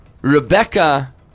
Rebecca